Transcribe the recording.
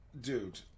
dude